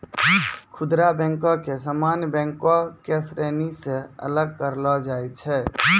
खुदरा बैको के सामान्य बैंको के श्रेणी से अलग करलो जाय छै